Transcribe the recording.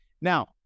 Now